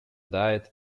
diet